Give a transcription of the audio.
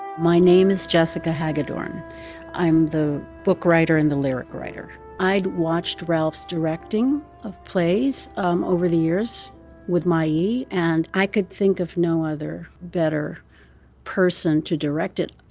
my name is jessica hagedorn i'm the book writer in the lyric writer. i'd watched ralph's directing of plays um over the years with mikey yeah and i could think of no other better person to direct it.